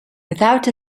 without